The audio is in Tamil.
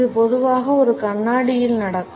இது பொதுவாக ஒரு கண்ணாடியில் நடக்கும்